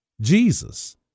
Jesus